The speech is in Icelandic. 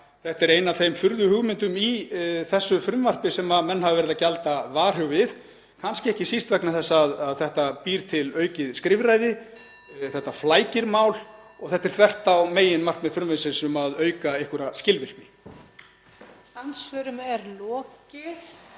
Þetta er ein af þeim furðuhugmyndum í þessu frumvarpi sem menn hafa verið að gjalda varhuga við, kannski ekki síst vegna þess að þetta býr til aukið skrifræði, (Forseti hringir.) þetta flækir mál og þetta er þvert á meginmarkmið frumvarpsins um að auka einhverja skilvirkni.